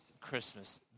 Christmas